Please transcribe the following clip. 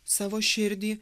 savo širdį